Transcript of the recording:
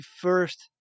first